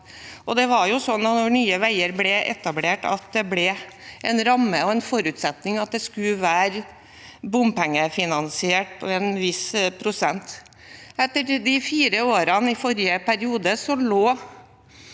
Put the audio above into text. var sagt. Da Nye veier ble etablert, ble det en ramme og en forutsetning om at det skulle være bompengefinansiert og en viss prosent. Etter de fire årene i forrige periode lå